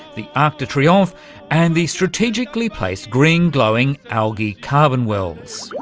the arc de triumph and the strategically placed green glowing algae carbon wells.